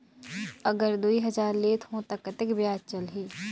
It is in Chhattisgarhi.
अगर दुई हजार लेत हो ता कतेक ब्याज चलही?